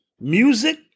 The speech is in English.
music